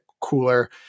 cooler